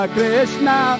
Krishna